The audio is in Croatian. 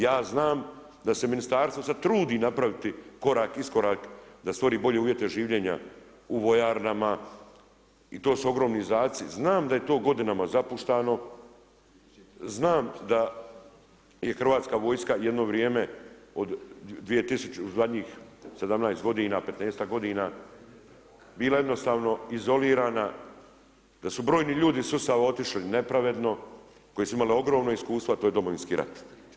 Ja znam da se ministarstvo sad trudi napraviti korak, iskorak da stvori bolje uvjete življenja u vojarnama i to su ogromni … Znam da je to godinama zapuštano, znam da je hrvatska vojska jedno vrijeme u zadnjih 17 godina, 15-tak godina bila jednostavno izolirana, da su brojni ljudi iz sustava otišli nepravedno koji su imali ogromna iskustva to je Domovinski rat.